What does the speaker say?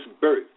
birth